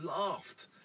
laughed